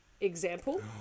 example